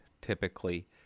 typically